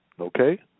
Okay